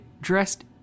dressed